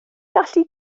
gallu